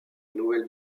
nouvelle